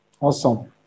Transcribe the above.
Awesome